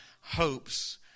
hopes